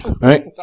Right